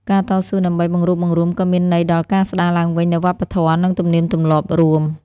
ការតស៊ូដើម្បីបង្រួបបង្រួមក៏មានន័យដល់ការស្តារឡើងវិញនូវវប្បធម៌ និងទំនៀមទម្លាប់រួម។